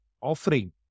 offering